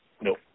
No